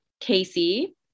Casey